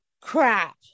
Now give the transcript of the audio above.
crap